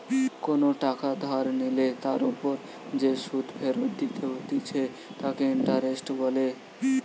কোনো টাকা ধার নিলে তার ওপর যে সুধ ফেরত দিতে হতিছে তাকে ইন্টারেস্ট বলে